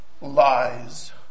lies